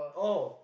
oh